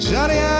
Johnny